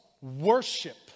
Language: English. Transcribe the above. Worship